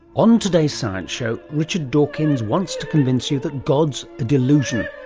on today's science show, richard dawkins wants to convince you that god is a delusion,